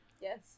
Yes